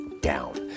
down